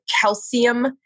calcium